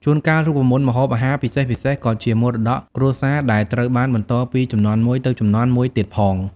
ជួនកាល រូបមន្តម្ហូបអាហារពិសេសៗក៏ជាមរតកគ្រួសារ ដែលត្រូវបានបន្តពីជំនាន់មួយទៅជំនាន់មួយទៀតផង។